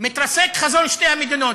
מתרסק חזון שתי המדינות.